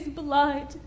blood